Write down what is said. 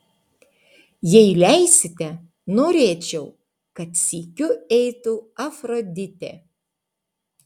jei leisite norėčiau kad sykiu eitų afroditė